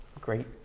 great